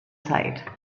sight